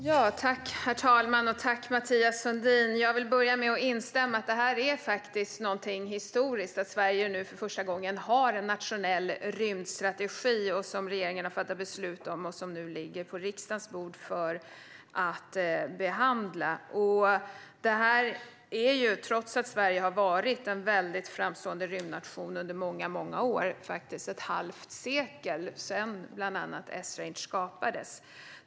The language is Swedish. Herr talman! Jag tackar Mathias Sundin för frågan. Jag vill börja med att instämma. Det är faktiskt någonting historiskt att Sverige nu för första gången har en nationell rymdstrategi. Regeringen har fattat beslut om den, och nu ligger den på riksdagens bord för behandling. Ändå har Sverige varit en väldigt framstående rymdnation under många år. Det är till exempel ett halvt sekel sedan Esrange skapades.